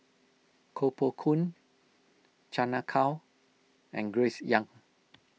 Koh Poh Koon Chan Ah Kow and Grace Young